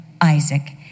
Isaac